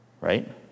Right